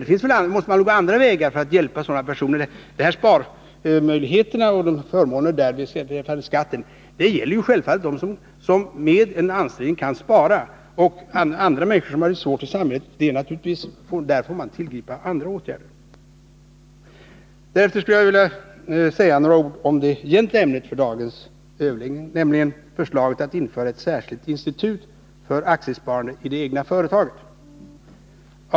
De förmåner i skattehänseende som föreslås för detta sparande gäller självfallet dem som med en viss ansträngning kan spara. För andra människor, de som har det svårt i samhället, får man tillgripa andra åtgärder. Därefter skulle jag vilja säga några ord om det egentliga ämnet för dagens överläggning, nämligen förslaget att införa ett särskilt institut för aktiesparandeii det egna företaget.